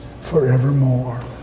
forevermore